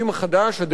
הדמוקרטי,